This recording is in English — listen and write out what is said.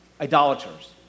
idolaters